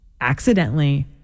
Accidentally